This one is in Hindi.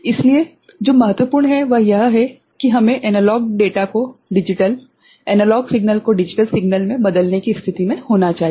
इसलिए जो महत्वपूर्ण है वह यह है कि हमें एनालॉग डेटा को डिजिटल एनालॉग सिग्नल को डिजिटल सिग्नल में बदलने की स्थिति में होना चाहिए